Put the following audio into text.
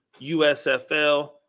USFL